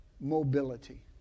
mobility